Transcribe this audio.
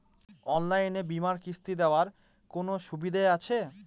অনলাইনে বীমার কিস্তি দেওয়ার কোন সুবিধে আছে?